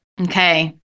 okay